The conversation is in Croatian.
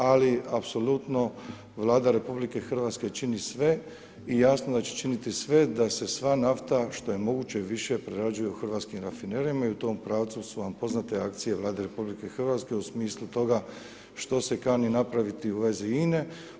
Ali apsolutno Vlada RH čini sve i jasno da će činiti sve da se sva nafta što je moguće više prerađuje u hrvatskim rafinerijama i u tom pravcu su vam poznate akcije Vlade RH u smislu toga što se kani napraviti u vezi INA-e.